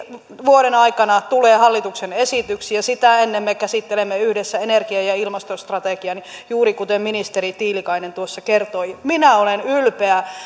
vuoden aikana tulee hallituksen esityksiä ja sitä ennen me käsittelemme yhdessä energia ja ja ilmastostrategiaa juuri kuten ministeri tiilikainen tuossa kertoi minä olen ylpeä